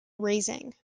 raising